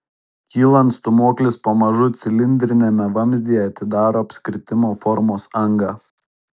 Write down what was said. kylant stūmoklis pamažu cilindriniame vamzdyje atidaro apskritimo formos angą